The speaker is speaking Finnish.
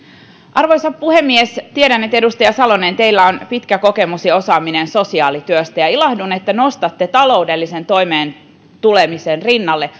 arvoisa puhemies tiedän että edustaja salonen teillä on pitkä kokemus ja osaaminen sosiaalityöstä ja ilahdun että nostatte taloudellisen toimeentulemisen rinnalle